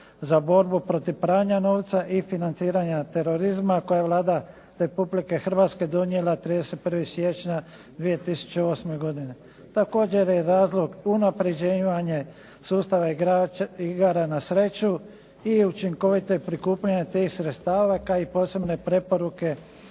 za borbu protiv pranja novca i financiranja terorizma koji je Vlada Republike Hrvatske donijela 31. siječnja 2008. godine. Također je razlog unapređivanje sustava igara na sreću i učinkovito prikupljanje tih sredstava, kao i posebne preporuke